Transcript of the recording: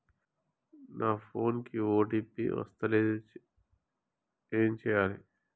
నా ఫోన్ కి ఓ.టీ.పి వస్తలేదు ఏం చేయాలే?